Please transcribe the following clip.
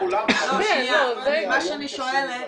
מה שאני שואלת,